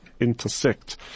intersect